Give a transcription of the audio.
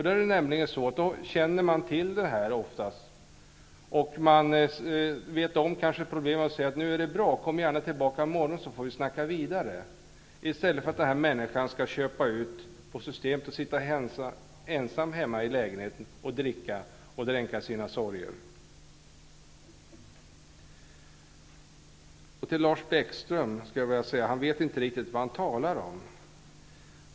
Då märks eventuella problem, och man kan sätta stopp och säga att han eller hon är välkommen tillbaka nästa dag för att snacka vidare. Det är bättre än att denna ensamma människa skall köpa ut från systemet och sitta hemma i lägenheten och dricka för att dränka sina sorger. Lars Bäckström vet inte riktigt vad han talar om.